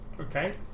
Okay